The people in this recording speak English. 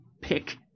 pick